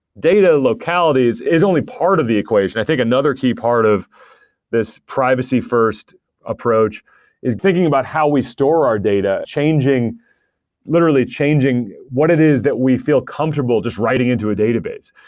data localities is only part of the equation. i think another key part of this privacy first approach is thinking about how we store our data. literally, changing what it is that we feel comfortable just writing into a database.